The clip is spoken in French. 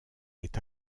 est